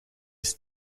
ice